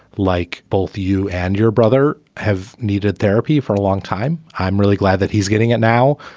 like both you and your brother have needed therapy for a long time. i'm really glad that he's getting it now.